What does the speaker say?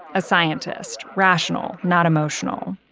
a scientist rational, not emotional.